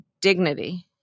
dignity